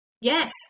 Yes